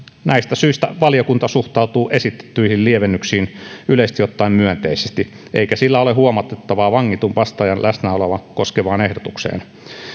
näistä syistä valiokunta suhtautuu esitettyihin lievennyksiin yleisesti ottaen myönteisesti eikä sillä ole huomautettavaa vangitun vastaajan läsnäoloa koskevaan ehdotukseen